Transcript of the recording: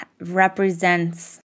represents